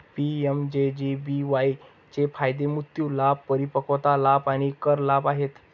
PMJJBY चे फायदे मृत्यू लाभ, परिपक्वता लाभ आणि कर लाभ आहेत